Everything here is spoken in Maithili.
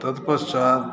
तत्पश्चात